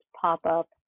pop-up